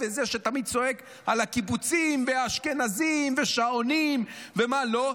שתמיד צועק על הקיבוצים והאשכנזים ושעונים ומה לא,